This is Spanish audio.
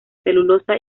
celulosa